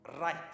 right